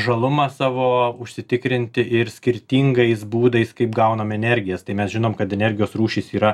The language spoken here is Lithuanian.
žalumą savo užsitikrinti ir skirtingais būdais kaip gaunam energijas tai mes žinom kad energijos rūšys yra